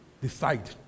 decide